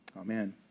Amen